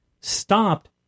stopped